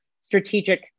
strategic